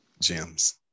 Gems